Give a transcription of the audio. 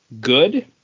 good